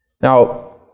Now